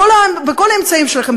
בכל האמצעים שלכם,